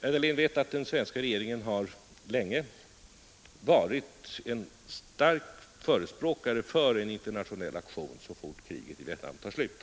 Herr Dahlén vet att den svenska regeringen länge har varit en stark förespråkare för åstadkommande av en internationell aktion så fort kriget i Vietnam tar slut.